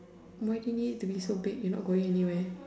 why do ou need to be so big you not going anywhere